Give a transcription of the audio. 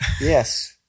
Yes